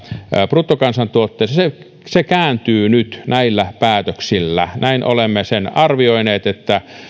bruttokansantuotteeseen se se kääntyy nyt näillä päätöksillä näin olemme sen arvioineet että